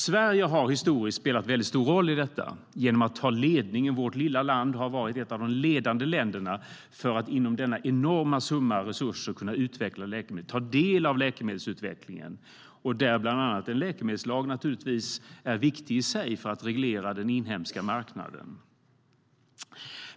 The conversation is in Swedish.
Sverige har historiskt spelat stor roll i detta. Vårt lilla land har varit ett av de ledande länderna i att inom denna enorma summa resurser kunna ta del av läkemedelsutvecklingen. Här är givetvis en läkemedelslag viktig för att reglera den inhemska marknaden.